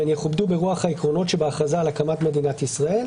והן יכובדו ברוח העקרונות שבהכרזה על הקמת מדינת ישראל.